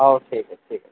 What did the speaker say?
ହଉ ଠିକ୍ ଅଛି ଠିକ୍ ଅଛି